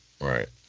right